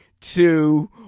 two